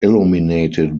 illuminated